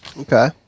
Okay